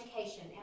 education